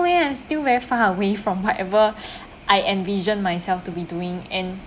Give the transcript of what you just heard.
way I'm still very far away from whatever I envision myself to be doing and